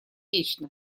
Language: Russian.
вечно